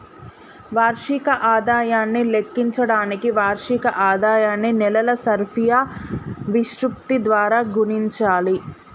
వార్షిక ఆదాయాన్ని లెక్కించడానికి వార్షిక ఆదాయాన్ని నెలల సర్ఫియా విశృప్తి ద్వారా గుణించాలి